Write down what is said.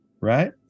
right